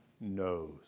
knows